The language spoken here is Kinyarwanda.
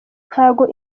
ntago